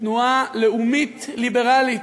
תנועה לאומית ליברלית.